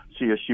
CSU